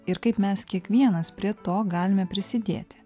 ir kaip mes kiekvienas prie to galime prisidėti